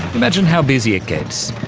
imagine how busy it gets.